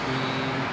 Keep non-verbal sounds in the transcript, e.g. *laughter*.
*unintelligible*